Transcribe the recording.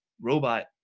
robot